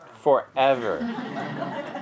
Forever